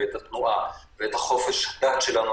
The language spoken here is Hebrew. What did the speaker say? את התנועה ואת חופש הדת שלנו,